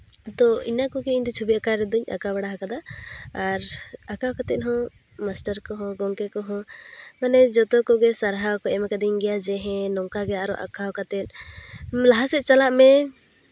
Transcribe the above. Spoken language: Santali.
ᱫᱚ ᱤᱱᱟᱹ ᱠᱚᱜᱮ ᱤᱧ ᱫᱚ ᱪᱷᱚᱵᱤ ᱟᱸᱠᱟᱣ ᱨᱮᱫᱚᱧ ᱟᱸᱠᱟ ᱵᱟᱲᱟᱣ ᱠᱟᱫᱟ ᱟᱨ ᱟᱸᱠᱟᱣ ᱠᱟᱛᱮ ᱦᱚᱸ ᱢᱟᱥᱴᱟᱨ ᱠᱚᱦᱚᱸ ᱜᱚᱢᱠᱮ ᱠᱚᱦᱚᱸ ᱢᱟᱱᱮ ᱡᱚᱛᱚ ᱠᱚᱜᱮ ᱥᱟᱨᱦᱟᱣ ᱠᱚ ᱮᱢ ᱠᱟᱹᱫᱤᱧ ᱜᱮᱭᱟ ᱡᱮ ᱱᱚᱝᱠᱟ ᱜᱮ ᱟᱨᱚ ᱟᱸᱠᱟᱣ ᱠᱟᱛᱮ ᱞᱟᱦᱟ ᱥᱮᱜ ᱪᱟᱞᱟᱜ ᱢᱮ